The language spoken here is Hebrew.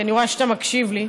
כי אני רואה שאתה מקשיב לי,